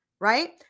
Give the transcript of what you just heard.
Right